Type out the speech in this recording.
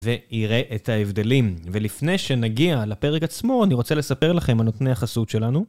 ויראה את ההבדלים, ולפני שנגיע לפרק עצמו, אני רוצה לספר לכם מה נותני החסות שלנו.